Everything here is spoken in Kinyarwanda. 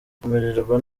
kumererwa